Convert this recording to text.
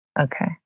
Okay